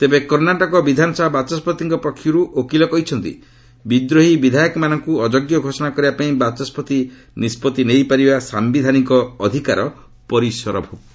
ତେବେ କର୍ଷାଟକ ବିଧାନସଭା ବାଚସ୍କତିଙ୍କ ପକ୍ଷର୍ ଓକିଲ କହିଛନ୍ତି ବିଦ୍ରୋହୀ ବିଧାୟକମାନଙ୍କ ଅଯୋଗ୍ୟ ଘୋଷଣା କରିବା ପାଇଁ ବାଚସ୍କତି ନିଷ୍କଭି ନେଇପାରିବା ସାୟିଧାନିକ ଅଧିକାର ପରିସରଭ୍ଜକ୍ତ